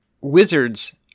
wizards